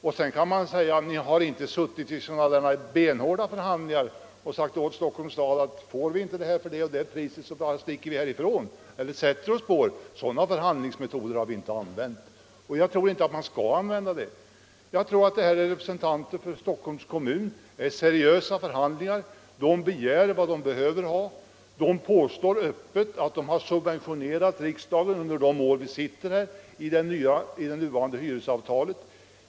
Man kan då naturligtvis säga att det inte varit några benhårda förhandlingar och att vi inte sagt till Stockholms kommun att om vi inte får det och det priset så sticker vi härifrån eller sätter oss på er. Nej, sådana förhandlingsmetoder har vi inte använt och bör inte heller göra det. Jag tror att representanterna för Stockholms kommun i dessa seriösa förhandlingar begärt vad man anser sig behöva få ut. De tillstår öppet att de subventionerar riksdagen under de år vi sitter här enligt det nu gällande hyresavtalet.